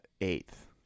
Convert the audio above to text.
eighth